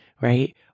right